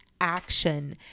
action